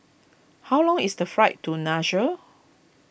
how long is the flight to Nassau